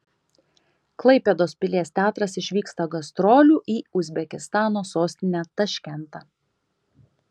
klaipėdos pilies teatras išvyksta gastrolių į uzbekistano sostinę taškentą